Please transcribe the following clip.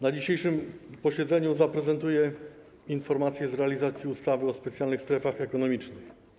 Na dzisiejszym posiedzeniu zaprezentuję informację o realizacji ustawy o specjalnych strefach ekonomicznych.